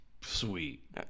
Sweet